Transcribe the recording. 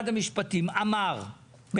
המשפטים אמר,